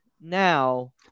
now